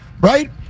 right